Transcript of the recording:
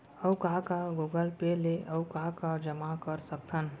अऊ का का गूगल पे ले अऊ का का जामा कर सकथन?